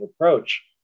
approach